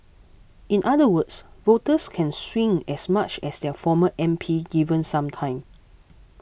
in other words voters can swing as much as their former M P given some time